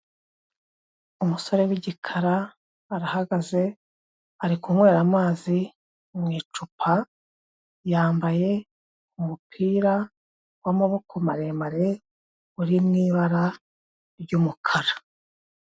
Umusore w'igikara arahagaze ari kunywera amazi mu icupa, yambaye umupira w'amaboko maremare uri mu ibara ry'umukara.